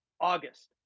August